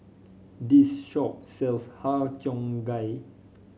this shop sells Har Cheong Gai